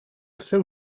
seu